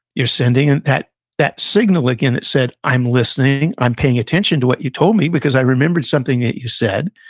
you're sending and in that signal again that said, i'm listening, i'm paying attention to what you told me, because i remembered something that you said,